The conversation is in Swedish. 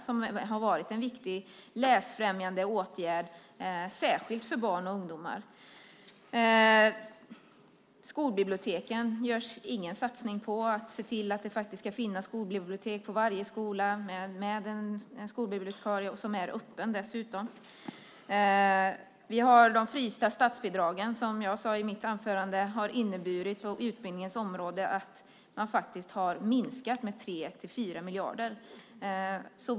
Det har varit en viktig läsfrämjande åtgärd, särskilt för barn och ungdomar. Det görs ingen satsning på skolbiblioteken för att se till att det faktiskt ska finnas ett skolbibliotek med en skolbibliotekarie på varje skola som är öppet. De frysta statsbidragen har, som jag sade i mitt anförande, på utbildningens område faktiskt inneburit att de har minskat med 3-4 miljarder.